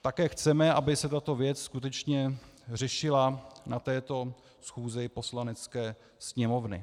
Také chceme, aby se tato věc skutečně řešila na této schůzi Poslanecké sněmovny.